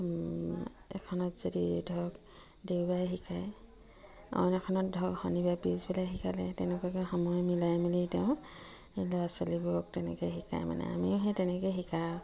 আৰু এখনত যদি ধৰক দেওবাৰে শিকায় অইন এখনত ধৰক শনিবাৰে পিছবেলা শিকালে তেনেকুৱাকৈ সময় মিলাই মেলি তেওঁ ল'ৰা ছোৱালীবোৰক তেনেকৈ শিকায় মানে আমিও সেই তেনেকৈ শিকা আৰু